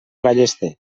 ballester